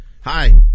Hi